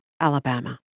Alabama